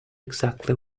exactly